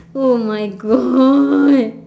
oh my god